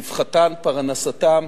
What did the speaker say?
רווחתן, פרנסתן,